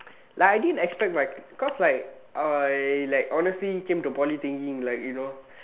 like I didn't expect my cause like I like honestly came to Poly thinking that you know